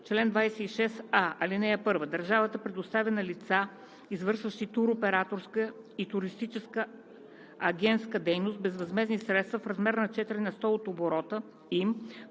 „Чл. 26а. (1) Държавата предоставя на лица, извършващи туроператорска и туристическа агентска дейност, безвъзмездни средства в размер на 4 на сто от оборота им